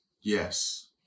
Yes